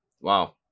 Wow